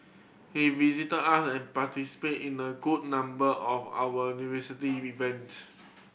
he visited us and participated in a good number of our university event